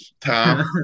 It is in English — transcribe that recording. Tom